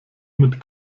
mit